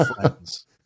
friends